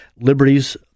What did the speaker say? liberties